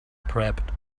prepped